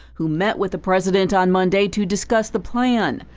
who met with the president on monday to discuss the plan.